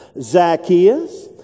Zacchaeus